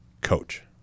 coach